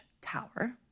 tower